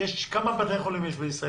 כמה בתי חולים יש בישראל?